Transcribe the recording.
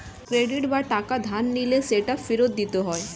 credit বা টাকা ধার নিলে সেটা ফেরত দিতে হয়